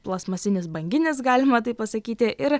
plastmasinis banginis galima taip pasakyti ir